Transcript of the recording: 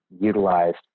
utilized